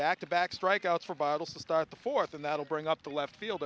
back to back strikeouts for bottles to start the fourth and that'll bring up the left field